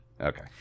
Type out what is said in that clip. Okay